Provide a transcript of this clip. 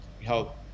help